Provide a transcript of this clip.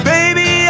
Baby